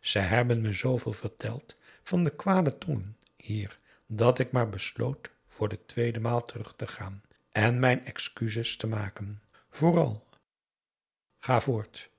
ze hebben me zooveel verteld van de kwade tongen hier dat ik maar besloot voor de tweede maal p a daum hoe hij raad van indië werd onder ps maurits terug te gaan en mijn excuses te maken vooral ga voort